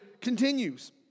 continues